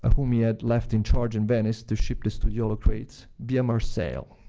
ah whom he had left in charge in venice, to ship the studiolo crates via marseille.